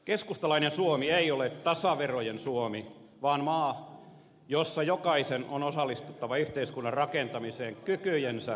keskustalainen suomi ei ole tasaverojen suomi vaan maa jossa jokaisen on osallistuttava yhteiskunnan rakentamiseen kykyjensä mukaan